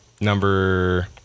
number